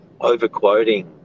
Overquoting